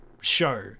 show